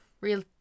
real